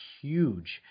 huge